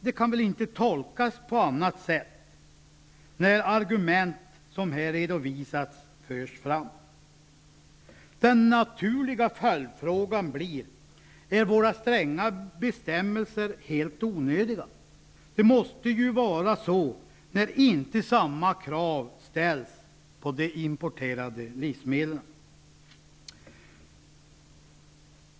De argument som här redovisats kan väl inte tolkas på annat sätt. Den naturliga följdfrågan blir: Är våra stränga bestämmelser helt onödiga? Det måste ju vara så när inte samma krav ställs på de importerade livsmedlen.